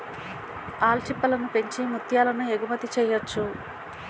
ఆల్చిప్పలను పెంచి ముత్యాలను ఎగుమతి చెయ్యొచ్చు